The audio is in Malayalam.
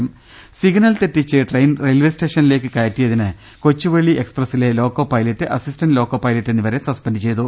രുവ്ട്ട്ട്ട്ട്ട്ട സിഗ്നൽ തെറ്റിച്ച് ട്രെയിൻ റെയിൽവേ സ്റ്റേഷനിലേക്ക് കയറ്റിയതിന് കൊച്ചുവേളി എക്സ്പ്രസ്സി ലെ loco pilot assistant loco pilot എന്നിവരെ സസ്പെൻഡ് ചെയ്തു